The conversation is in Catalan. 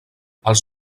els